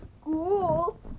school